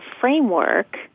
framework